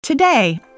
Today